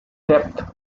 depth